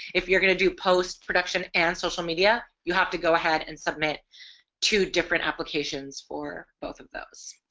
if you're going to do post production and social media you have to go ahead and submit two different applications for both of those.